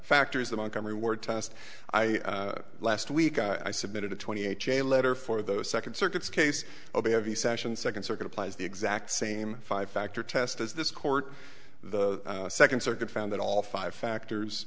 factors the montgomery ward test last week i submitted a twenty ha letter for those second circuits case o b v sessions second circuit applies the exact same five factor test as this court the second circuit found that all five factors